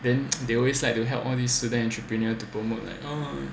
then they always like to help all these student entrepreneur to promote like